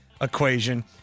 equation